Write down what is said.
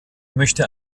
möchte